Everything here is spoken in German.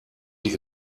die